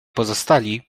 pozostali